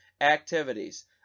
activities